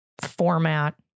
format